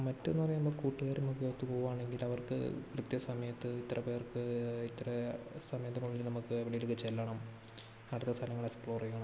മറ്റേതെന്ന് പറയുമ്പോൾ കൂട്ടുകാരുമൊക്കെയൊത്ത് പോകുവാണെങ്കിൽ അവർക്ക് കൃത്യ സമയത്ത് ഇത്ര പേർക്ക് ഇത്ര സമയത്തിനുള്ളിൽ നമുക്ക് എവിടേലുമൊക്കെ ചെല്ലണം അടുത്ത സ്ഥലങ്ങൾ എക്സ്പ്ലോർ ചെയ്യണം